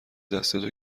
دستتو